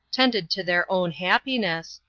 tended to their own happiness,